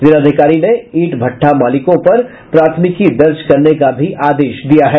जिलाधिकारी ने ईंट भट्ठा मालिक पर प्राथमिकी दर्ज करने का भी आदेश दिया है